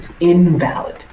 invalid